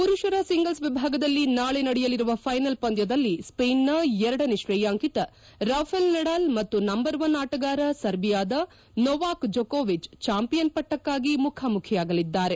ಮರುಷರ ಸಿಂಗಲ್ಸ್ ವಿಭಾಗದಲ್ಲಿ ನಾಳೆ ನಡೆಯಲಿರುವ ಫೈನಲ್ ಪಂದ್ಯದಲ್ಲಿ ಸ್ವೇನಿನ ಎರಡನೇ ಶ್ರೇಯಾಂಕಿತ ರಾಫೆಲ್ ನಡಾಲ್ ಮತ್ತು ನಂಬರ್ ಒಬ್ ಆಟಗಾರ ಸರ್ಬಿಯಾದ ನೊವಾಕ್ ಜೊಕೊವಿಚ್ ಚಾಂಪಿಯನ್ ಪಟ್ಟಕ್ಕಾಗಿ ಮುಖಾಮುಖಿಯಾಗಲಿದ್ದಾರೆ